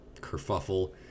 kerfuffle